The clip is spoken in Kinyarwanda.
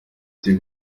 ati